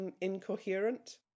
incoherent